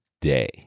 day